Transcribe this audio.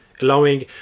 allowing